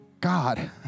God